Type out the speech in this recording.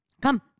Come